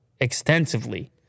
extensively